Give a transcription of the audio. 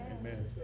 Amen